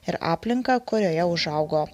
ir aplinką kurioje užaugo